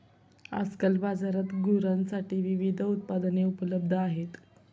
आजकाल बाजारात गुरांसाठी विविध उत्पादने उपलब्ध आहेत